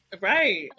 Right